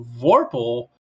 vorpal